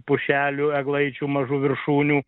pušelių eglaičių mažų viršūnių